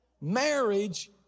Marriage